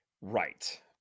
right